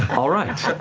all right.